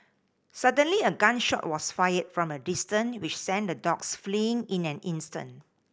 suddenly a gun shot was fired from a distance which sent the dogs fleeing in an instant